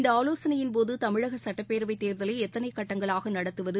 இந்த ஆலோசனையின்போது தமிழக சட்டப்பேரவை தேர்தலை எத்தனை கட்டங்களாக நடத்துவது